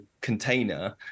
container